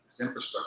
infrastructure